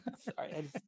Sorry